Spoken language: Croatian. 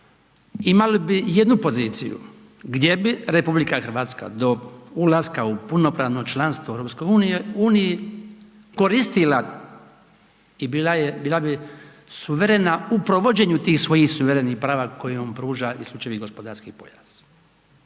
imali bi jednu poziciju gdje bi RH do ulaska u punopravno članstvo u EU koristila i bila bi suverena u provođenju tih svoj suverenih prava koje nam pruža isključivi gospodarski pojas.